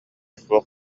суох